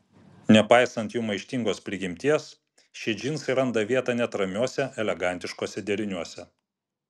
nepaisant jų maištingos prigimties šie džinsai randa vietą net ramiuose elegantiškuose deriniuose